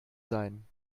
sein